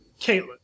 caitlin